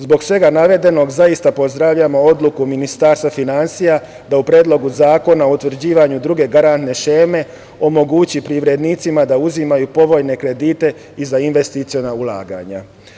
Zbog svega navedenog, zaista pozdravljam odluku Ministarstva finansija da u Predlogu zakona o utvrđivanju druge garantne šeme omogući privrednicima da uzimaju povoljne kredite i za investiciona ulaganja.